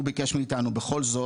הוא ביקש מאיתנו בכל זאת,